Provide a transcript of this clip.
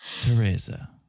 Teresa